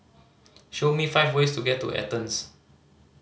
show me five ways to get to Athens